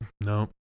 No